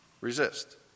resist